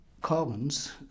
Collins